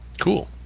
Cool